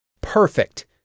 Perfect